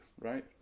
right